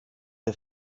der